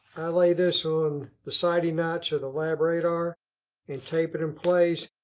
lay this on the sighting notch of the labradar and tape it in place.